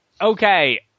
Okay